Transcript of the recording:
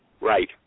Right